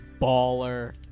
baller